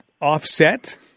offset